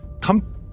come